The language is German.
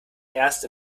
erst